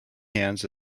hands